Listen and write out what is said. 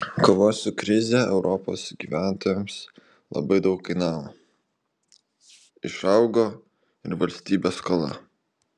kova su krize europos gyventojams labai daug kainavo išaugo ir valstybės skola